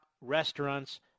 restaurants